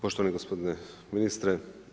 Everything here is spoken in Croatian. Poštovani gospodine ministre.